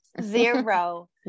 Zero